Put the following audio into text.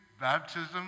baptism